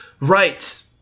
Right